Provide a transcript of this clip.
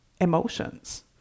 emotions